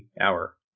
hour